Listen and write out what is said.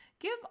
Give